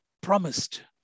promised